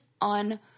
on